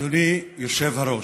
אדוני היושב-ראש,